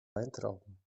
weintrauben